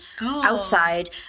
outside